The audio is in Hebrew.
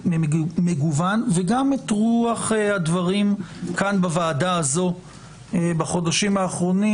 וגם את רוח הדברים כאן בוועדה הזו בחודשים האחרונים,